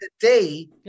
today